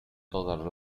todos